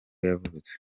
yavutse